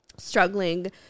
struggling